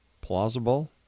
plausible